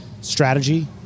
strategy